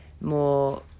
more